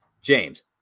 James